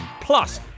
Plus